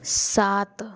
सात